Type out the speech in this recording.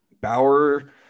Bauer